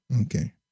Okay